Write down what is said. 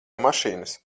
mašīnas